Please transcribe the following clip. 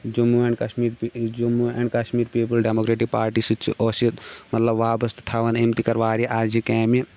Jammu and Kashmir Jammu and Kashmir people democratic party سۭتۍ چھِ اوس یہِ مطلب وابسطہٕ تھَوان أمۍ تہِ کٔر واریاہ اَسجہِ کامہِ